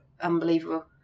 unbelievable